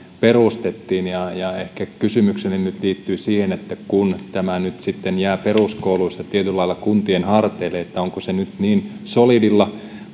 perustettiin ehkä kysymykseni nyt liittyy siihen että kun tämä nyt sitten jää peruskouluista tietyllä lailla kuntien harteille niin onko se nyt niin solidilla